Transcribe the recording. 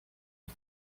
rev